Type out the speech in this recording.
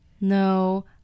No